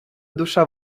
душа